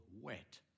wet